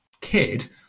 kid